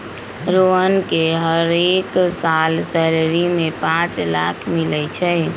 रोहन के हरेक साल सैलरी में पाच लाख मिलई छई